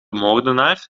moordenaar